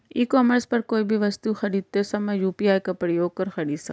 ई commerce पर कोई भी वस्तु खरीदते समय यू.पी.आई का प्रयोग कर खरीद सकते हैं